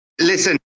Listen